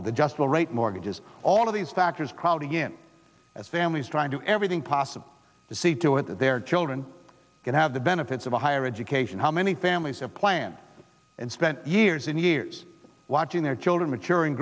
with adjustable rate mortgages all of these factors crowding in as families trying to everything possible to see to it that their children can have the benefits of a higher education how many families have planned and spent years and years watching their children maturing